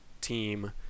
team